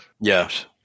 Yes